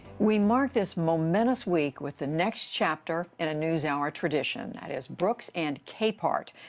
we mark this momentous week with the next chapter in a newshour tradition. that is brooks and capehart.